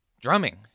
drumming